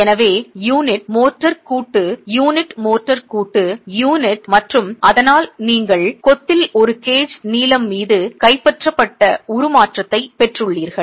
எனவே unit mortar கூட்டு unit mortar கூட்டு யூனிட் மற்றும் அதனால் நீங்கள் கொத்தில் ஒரு கேஜ் நீளம் மீது கைப்பற்றப்பட்ட உருமாற்றத்தை பெற்றுள்ளீர்கள்